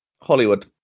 Hollywood